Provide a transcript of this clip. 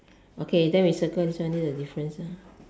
okay then we circle this one this is the difference